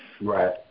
Right